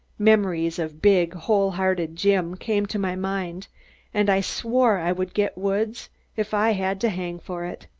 memories of big whole-hearted jim came to my mind and i swore i would get woods if i had to hang for it.